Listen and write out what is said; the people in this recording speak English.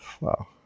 Wow